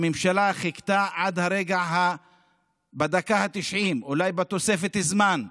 הממשלה חיכתה לדקה ה-90, אולי לתוספת הזמן,